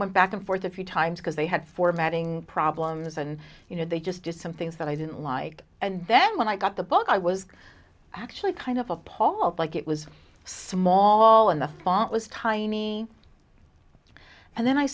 went back and forth a few times because they had formatting problems and you know they just do some things that i didn't like and then when i got the book i was actually kind of appalled like it was small and the font was tiny and then i